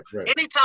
anytime